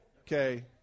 Okay